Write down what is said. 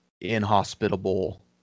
inhospitable